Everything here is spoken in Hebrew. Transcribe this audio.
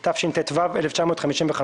התשט"ו-1955,